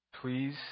please